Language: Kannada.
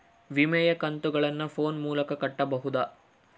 ವಿಮೆಯ ಕಂತುಗಳನ್ನ ಫೋನ್ ಮೂಲಕ ಕಟ್ಟಬಹುದಾ?